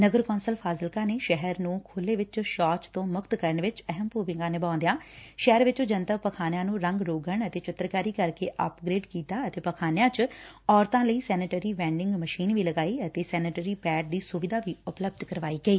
ਨਗਰ council Fazilka ਨੇ ਸ਼ਹਿਰ ਨੂੰ ਖੁੱਲੇ ਵਿੱਚ ਸ਼ੋਚ ਤੋ ਮੁਕਤ ਕਰਨ ਵਿੱਚ ਅਹਿਮ ਭੁਮਿਕਾ ਨਿਭਾਉਦੀਆਂ ਸ਼ਹਿਰ ਵਿੱਚ ਜਨਤਕ ਪਖਾਨਿਆ ਨੂੰ ਰੰਗ ਰੋਗਣ ਅਤੇ ਚਿੱਤਰਕਾਰੀ ਕਰਕੇ ਅਪਗ੍ਰੇਡ ਕੀਤਾ ਅਤੇ ਪਖਾਨਿਆ ਵਿੱਚ ਔਰਤਾ ਲਈ ਸੈਨੇਟਰੀ ਵੈਡਿੰਗ ਮਸ਼ੀਨ ਵੀ ਲਗਾਈ ਅਤੇ ਸੈਨੇਟਰੀ ਪੈਡ ਦੀ ਸੁਵਿਧਾ ਵੀ ਉਪਲਬੱਧ ਕਰਵਾਈ ਗਈ